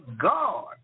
God